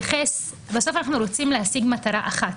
בסוף אנחנו רוצים להשיג מטרה אחת.